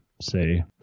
say